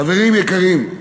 חברים יקרים,